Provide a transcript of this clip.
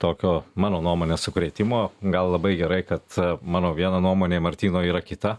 tokio mano nuomone sukrėtimo gal labai gerai kad mano vieno nuomonė martyno yra kita